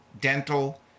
dental